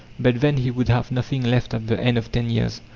but then he would have nothing left at the end of ten years.